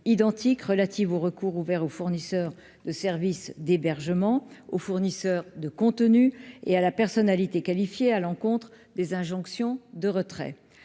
identiques relative au recours ouvert aux fournisseurs de services d'hébergement aux fournisseurs de contenus et à la personnalité qualifiée à l'encontre des injonctions de retrait,